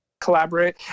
collaborate